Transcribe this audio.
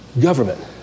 government